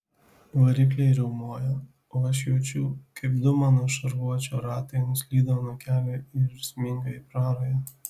varikliai riaumoja o aš jaučiu kaip du mano šarvuočio ratai nuslydo nuo kelio ir sminga į prarają